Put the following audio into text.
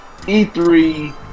E3